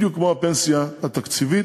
בדיוק כמו הפנסיה התקציבית,